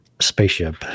spaceship